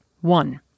One